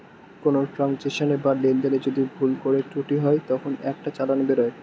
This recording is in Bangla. কোনো ট্রান্সাকশনে বা লেনদেনে যদি ভুল করে ত্রুটি হয় তখন একটা চালান বেরোয়